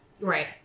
Right